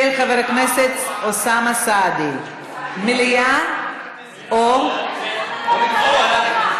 של חבר הכנסת אוסאמה סעדי, מליאה או, או לדחות.